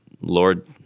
Lord